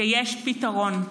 שיש פתרון,